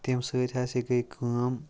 تَمہِ سۭتۍ ہَسا گٔے کٲم